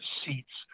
seats